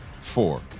four